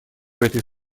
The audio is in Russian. этой